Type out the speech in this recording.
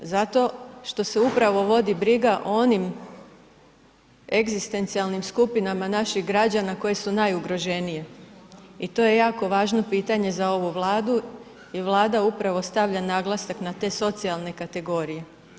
Zato što se upravo vodi briga o onim egzistencijalnim skupinama naših građana koji su najugroženije i to je jako važno pitanje za ovu Vladu i Vlada upravo stavlja naglasak na te socijalne kategorije.